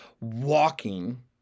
walking